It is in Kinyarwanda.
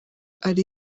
ari